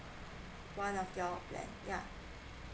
one of your plan yeah